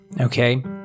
okay